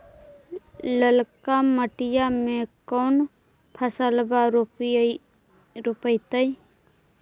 ललका मटीया मे कोन फलबा रोपयतय?